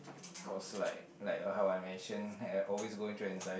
cause like like how I mention I always going through inside